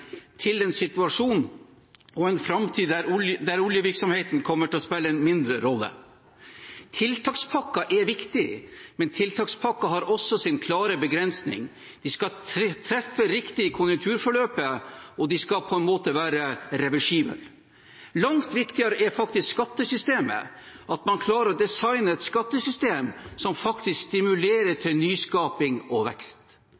til en situasjon og en framtid der oljevirksomheten kommer til å spille en mindre rolle. Tiltakspakker er viktige, men tiltakspakker har også sin klare begrensning. De skal treffe riktig i konjunkturforløpet, og de skal på en måte være reversible. Langt viktigere er skattesystemet og at man klarer å designe et skattesystem som faktisk stimulerer til nyskaping og vekst.